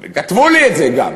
הם כתבו לי את זה גם.